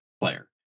player